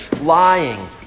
lying